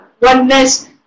oneness